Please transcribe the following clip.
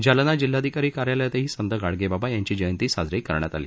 जालना जिल्हाधिकारी कार्यालयातही संत गाडगेबाबा यांची जयंती साजरी करण्यात आली